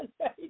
right